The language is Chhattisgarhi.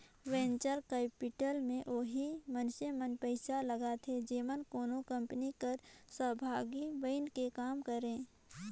वेंचर कैपिटल में ओही मइनसे मन पइसा लगाथें जेमन कोनो कंपनी कर सहभागी बइन के काम करें